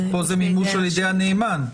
כאן זה מימוש על ידי הנאמן.